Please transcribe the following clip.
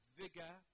vigor